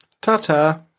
Ta-ta